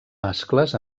mascles